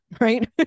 right